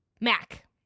Mac